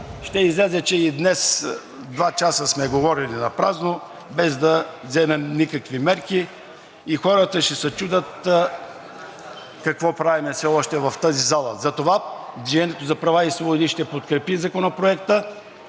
ще излезе, че и днес два часа сме говорили напразно, без да вземем никакви мерки, и хората ще се чудят какво правим все още в тази зала. Затова „Движение за права и свободи“ ще подкрепи Законопроекта